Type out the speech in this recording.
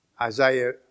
Isaiah